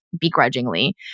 begrudgingly